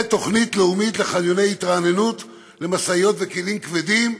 תוכנית לאומית לחניוני התרעננות למשאיות וכלים כבדים,